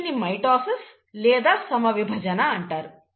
దీన్నిమైటోసిస్ లేదా సమవిభజన అంటారు